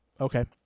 Okay